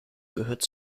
gehörte